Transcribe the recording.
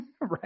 right